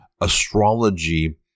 astrology